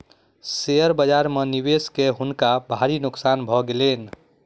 share बाजार में निवेश कय हुनका भारी नोकसान भ गेलैन